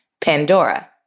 Pandora